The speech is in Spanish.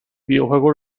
videojuego